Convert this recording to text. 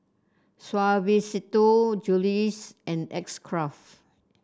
Suavecito Julie's and X Craft